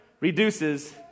reduces